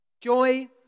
joy